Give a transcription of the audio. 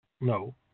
No